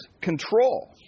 control